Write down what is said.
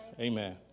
Amen